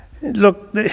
Look